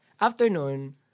Afternoon